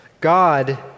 God